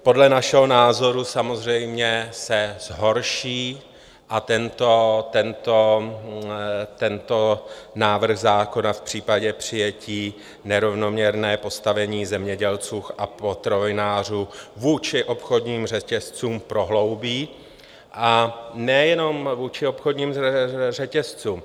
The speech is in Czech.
Podle našeho názoru se samozřejmě zhorší a tento návrh zákona v případě přijetí nerovnoměrné postavení zemědělců a potravinářů vůči obchodním řetězcům prohloubí, a nejenom vůči obchodním řetězcům.